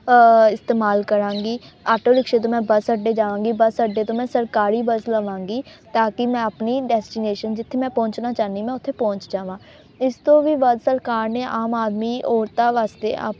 ਇਸਤੇਮਾਲ ਕਰਾਂਗੀ ਆਟੋ ਰਿਕਸ਼ੇ ਤੋਂ ਮੈਂ ਬੱਸ ਅੱਡੇ ਜਾਵਾਂਗੀ ਬਸ ਅੱਡੇ ਤੋਂ ਮੈਂ ਸਰਕਾਰੀ ਬੱਸ ਲਵਾਂਗੀ ਤਾਂ ਕਿ ਮੈਂ ਆਪਣੀ ਡੈਸਟੀਨੇਸ਼ਨ ਜਿੱਥੇ ਮੈਂ ਪਹੁੰਚਣਾ ਚਾਹੁੰਦੀ ਮੈਂ ਉੱਥੇ ਪਹੁੰਚ ਜਾਵਾਂ ਇਸ ਤੋਂ ਵੀ ਵੱਧ ਸਰਕਾਰ ਨੇ ਆਮ ਆਦਮੀ ਔਰਤਾਂ ਵਾਸਤੇ